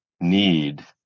need